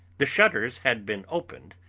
the shutters had been opened,